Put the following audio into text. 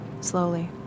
Slowly